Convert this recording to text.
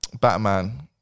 Batman